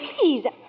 please